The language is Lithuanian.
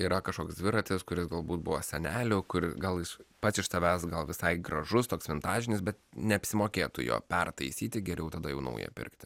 yra kažkoks dviratis kuris galbūt buvo senelio kur gal jis pats iš tavęs gal visai gražus toks vintažinis bet neapsimokėtų jo pertaisyti geriau tada jau naują pirkti